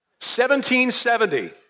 1770